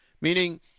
Meaning